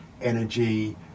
energy